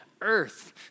earth